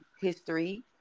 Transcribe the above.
history